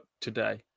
today